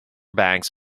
bags